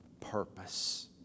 purpose